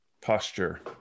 posture